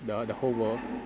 the the whole world